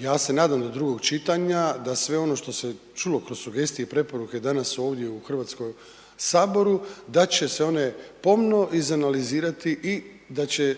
Ja se nadam do drugo čitanja da sve ono što se čulo kroz sugestije i preporuke danas ovdje u Hrvatskom saboru, da će se one pomno izanalizirati i da će